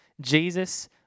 Jesus